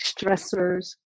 stressors